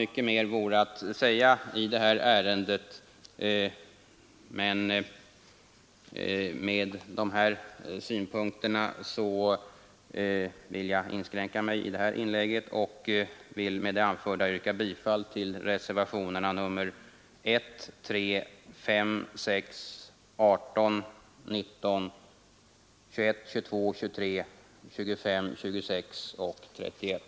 Mycket mer vore att säga i detta ärende, men jag skall inskränka mig till de anförda synpunkterna och ber att få yrka bifall till reservationerna 1, 3, 5, 6, 18, 19, 21, 22, 23, 25, 26 och 31.